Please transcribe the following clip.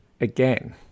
again